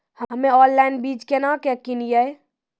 हम्मे ऑनलाइन बीज केना के किनयैय?